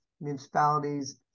municipalities